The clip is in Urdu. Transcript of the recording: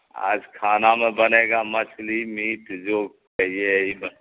آج کھانا میں بنے گا مچھلی میٹ جو کہیے